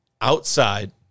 outside